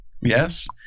yes